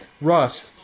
Rust